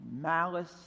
Malice